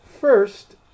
First